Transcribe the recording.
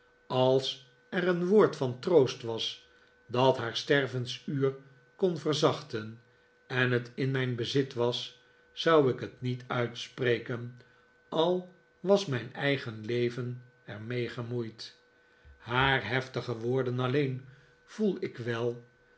als er een woord van troost was dat haar stervensuur kon verzachten en het in mijn bezit was zou ik het niet uitspreken al was mijn eigen leven er mee gemoeid haar heftige woorden alleen voel ik wel